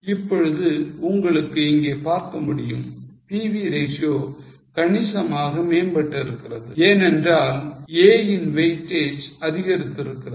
இப்பொழுது உங்களுக்கு இங்கே பார்க்க முடியும் PV ratio கணிசமாக மேம்பட்டு இருக்கிறது ஏனென்றால் A யின் weightage அதிகரித்திருக்கிறது